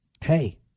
Hey